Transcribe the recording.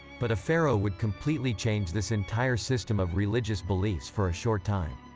but a pharaoh would completely change this entire system of religious beliefs for a short time.